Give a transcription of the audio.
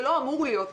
זה לא אמור להיות כך,